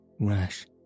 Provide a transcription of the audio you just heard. rash